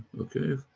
okay,